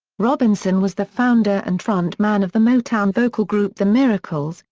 robinson was the founder and front man of the motown vocal group the miracles,